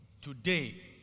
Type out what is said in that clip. today